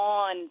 on